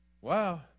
Wow